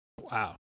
Wow